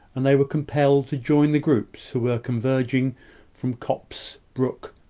and they were compelled to join the groups who were converging from copse, brook,